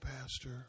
pastor